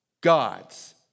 gods